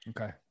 Okay